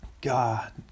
God